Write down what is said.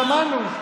שמענו.